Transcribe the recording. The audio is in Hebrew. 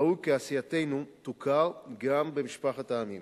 ראוי כי עשייתנו תוכר גם במשפחת העמים.